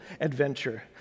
adventure